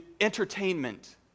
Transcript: entertainment